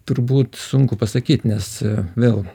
turbūt sunku pasakyt nes vėl